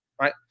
right